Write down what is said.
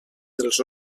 dels